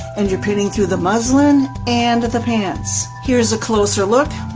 and you're pinning through the muslin and the pants. here's a closer look,